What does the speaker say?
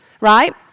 right